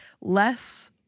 Less